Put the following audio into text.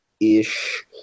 ish